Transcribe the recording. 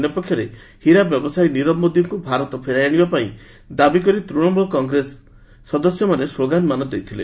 ଅନ୍ୟପକ୍ଷରେ ହୀରା ବ୍ୟବସାୟୀ ନିରବ ମୋଦିଙ୍କୁ ଭାରତକୁ ଫେରାଇ ଆଶିବାପାଇଁ ଦାବି କରି ତୃଶମୂଳ କଂଗ୍ରେସ ସଦସ୍ୟମାନେ ସ୍ଲୋଗାନମାନ ଦେଇଥିଲେ